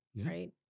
Right